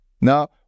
Now